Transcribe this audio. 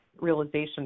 realization